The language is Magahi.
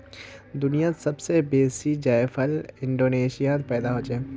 दुनियात सब स बेसी जायफल इंडोनेशियात पैदा हछेक